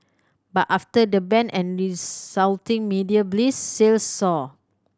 but after the ban and resulting media blitz sales soared